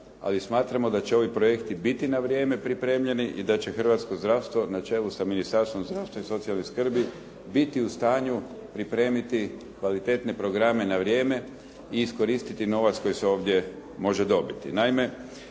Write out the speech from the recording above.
ali smatramo da će ovi projekti biti na vrijeme pripremljeni i da će hrvatsko zdravstvo na čelu sa Ministarstvom zdravstva i socijalne skrbi biti u stanju pripremiti kvalitetne programe na vrijeme i iskoristiti novac koji se ovdje može dobiti.